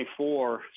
24